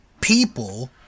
people